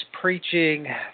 preaching